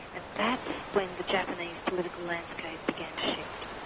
and that's when the japanese political landscape began to shift.